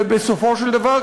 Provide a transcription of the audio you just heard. ובסופו של דבר,